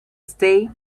stay